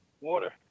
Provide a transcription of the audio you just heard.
Water